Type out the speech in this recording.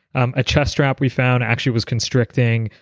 a chest strap we found actually was constricting.